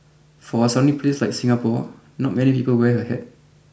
for a sunny place like Singapore not many people wear a hat